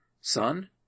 Son